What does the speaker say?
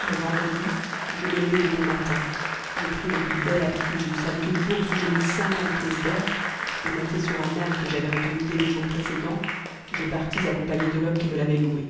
le vendredi je me levai de bon matin je pris le plus bel habit que j'eusse avec une bourse où je mis cinquante pièces d'or et monté sur un âne que j'avais retenu dès le jour précédent je partis accompagné de l'homme qui me l'avait loué